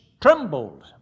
trembled